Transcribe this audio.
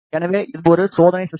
எனவே இது ஒரு சோதனை சிஸ்டம்